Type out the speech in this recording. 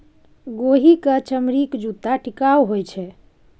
गोहि क चमड़ीक जूत्ता टिकाउ होए छै